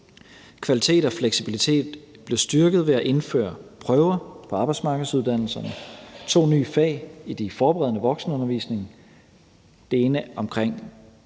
Kvalitet og fleksibilitet blev styrket ved at indføre prøver på arbejdsmarkedsuddannelserne, to nye fag i den forberedende voksenundervisning – det ene